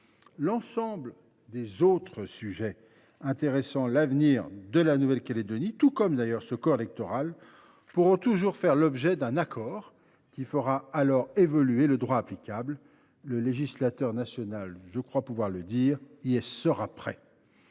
L’ensemble des autres sujets intéressant l’avenir de la Nouvelle Calédonie, tout comme ce corps électoral, pourront toujours faire l’objet d’un accord qui fera alors évoluer le droit applicable. Le législateur national y sera prêt.